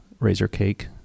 Razorcake